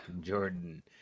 Jordan